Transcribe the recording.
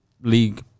league